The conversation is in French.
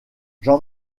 jean